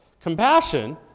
Compassion